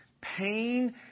pain